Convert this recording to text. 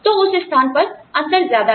तो उस स्थान पर अंतर ज्यादा है